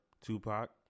Tupac